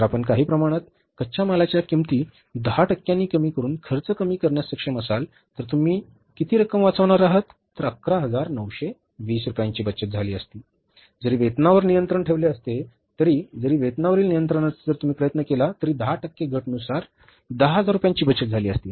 जर आपण काही प्रमाणात कच्च्या मालाच्या किंमती दहा टक्क्यांनी कमी करून खर्च कमी करण्यास सक्षम असाल तर तुम्ही किती रक्कम वाचवणार आहात तर 11920 रुपयांची बचत झाली असती जरी वेतनावर नियंत्रण ठेवले असते तरी जरी वेतनावरील नियंत्रणाचा जर तुम्ही प्रयत्न केला तरी 10 टक्के घट नुसार 10000 रुपयांची बचत झाली असती